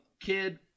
kid